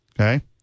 Okay